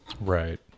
right